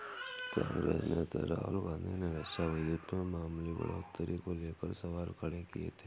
कांग्रेस नेता राहुल गांधी ने रक्षा बजट में मामूली बढ़ोतरी को लेकर सवाल खड़े किए थे